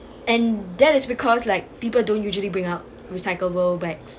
and that is because like people don't usually bring out recyclable bags